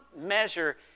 measure